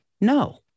No